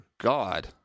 God